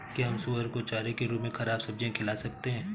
क्या हम सुअर को चारे के रूप में ख़राब सब्जियां खिला सकते हैं?